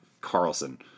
Carlson